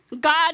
God